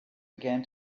began